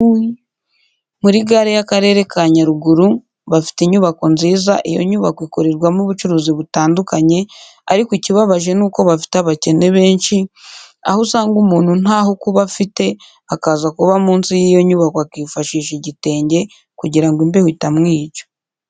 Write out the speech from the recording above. Muri gare y'Akarere ka Nyaruguru bafite inyubako nziza iyo nyubako ikorerwamo ubucuruzi butandukanye ariko ikibabaje n'uko bafite abakene benshi, aho usanga umuntu ntaho kuba afite akaza kuba munsi y'iyo nyubako akifashisha igitenge kugira ngo imbeho itamwica.